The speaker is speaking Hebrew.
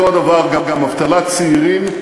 אותו דבר גם אבטלת צעירים.